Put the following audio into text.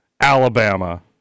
Alabama